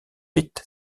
pete